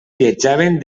viatjaven